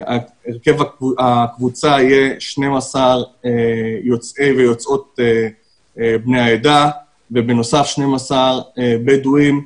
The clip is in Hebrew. הרכב הקבוצה יהיה 12 יוצאי ויוצאות בני העדה ובנוסף 12 בדואים.